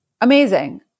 amazing